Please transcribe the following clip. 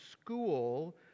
school